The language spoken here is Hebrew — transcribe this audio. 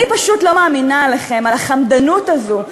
אני פשוט לא מאמינה עליכם, על החמדנות הזו.